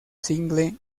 single